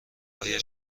آیا